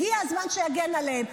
הגיע הזמן שיגן עליהם.